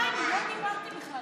סליחה, אני לא דיברתי בכלל.